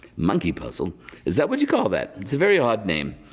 monkey puzzle is that what you call that? it's a very odd name.